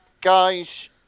Guys